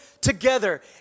together